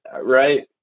right